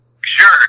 Sure